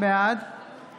בעד